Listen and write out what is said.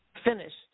finished